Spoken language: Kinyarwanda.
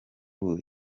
ubu